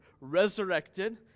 resurrected